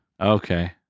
Okay